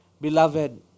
Beloved